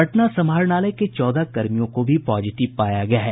पटना समाहरणालय के चौदह कर्मियों को भी पॉजिटिव पाया गया है